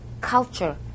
culture